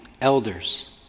elders